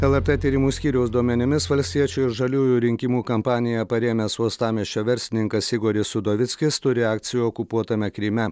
lrt tyrimų skyriaus duomenimis valstiečių ir žaliųjų rinkimų kampaniją parėmęs uostamiesčio verslininkas igoris udovickis turi akcijų okupuotame kryme